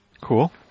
Cool